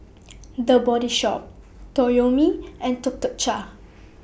The Body Shop Toyomi and Tuk Tuk Cha